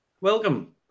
Welcome